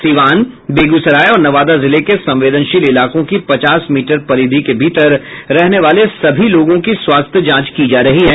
सिवान बेगूसराय और नवादा जिले के संवेदनशील इलाकों की पचास मीटर परिधि के भीतर रहने वाले सभी लोगों की स्वास्थ्य जांच की जा रही है